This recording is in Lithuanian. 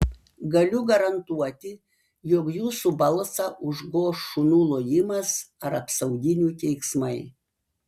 galiu garantuoti jog jūsų balsą užgoš šunų lojimas ar apsauginių keiksmai